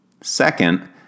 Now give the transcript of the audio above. Second